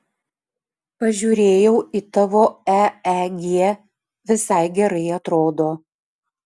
pažiūrėjau į tavo eeg visai gerai atrodo